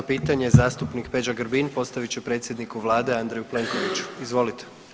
17. pitanje zastupnik Peđa Grbin postavit će predsjedniku vlade Andreju Plenković, izvolite.